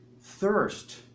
thirst